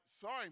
sorry